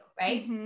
right